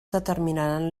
determinaran